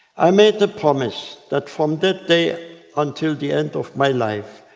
i made the promise that from that day until the end of my life,